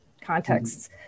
contexts